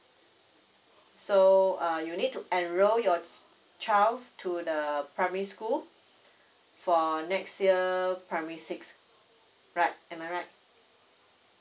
so uh you need to enroll your child to the primary school for next year primary six right am I right